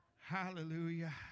Hallelujah